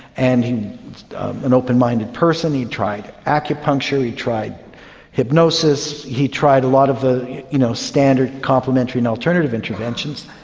and he was an open-minded person, he tried acupuncture, he tried hypnosis, he tried a lot of the you know standard complementary and alternative interventions,